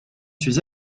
suis